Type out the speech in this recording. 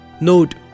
Note